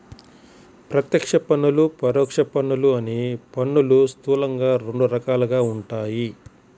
ప్రత్యక్ష పన్నులు, పరోక్ష పన్నులు అని పన్నులు స్థూలంగా రెండు రకాలుగా ఉంటాయి